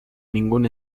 ningún